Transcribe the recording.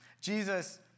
Jesus